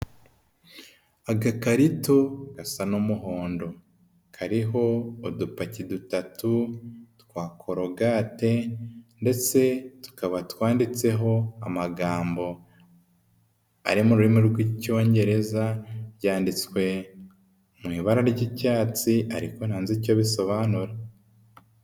Agakarito gasa n'umuhondo, kariho udupaki dutatu twa korogate ndetse tukaba twanditseho amagambo ari mu rurimi rw'icyongereza, byanditswe mu ibara ry'icyatsi ariko ntago nzi icyo bisobanura.